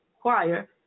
Choir